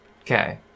Okay